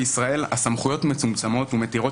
בישראל הסמכויות מצומצמות ומתירות